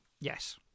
Yes